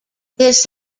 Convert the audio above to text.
this